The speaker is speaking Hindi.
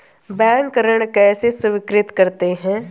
बैंक ऋण कैसे स्वीकृत करते हैं?